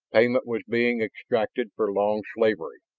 payment was being extracted for long slavery.